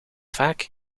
vaak